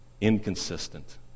inconsistent